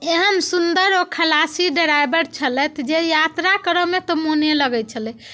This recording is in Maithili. एहन सुंदर ओ खलासी ड्राइवर छलथि जे यात्रा करऽ मे तऽ मन लगैत छलै